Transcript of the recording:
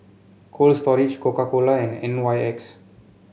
Cold Storage Coca Cola and N Y X